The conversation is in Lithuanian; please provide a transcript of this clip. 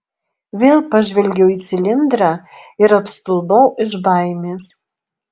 vėl pažvelgiau į cilindrą ir apstulbau iš baimės